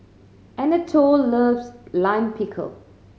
Anatole loves Lime Pickle